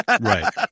right